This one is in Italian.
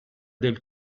del